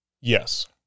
Yes